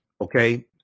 okay